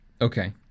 Okay